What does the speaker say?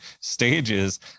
stages